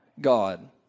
god